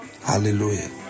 hallelujah